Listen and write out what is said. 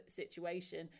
situation